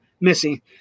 missy